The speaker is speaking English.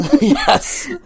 Yes